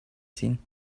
seen